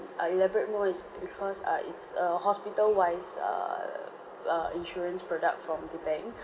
uh elaborate is because uh it's a hospital wise err err insurance product from the bank